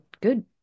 good